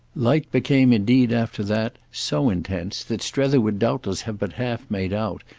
light became indeed after that so intense that strether would doubtless have but half made out,